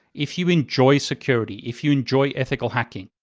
if you enjoy security, if you enjoy ethical hacking.